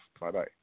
Bye-bye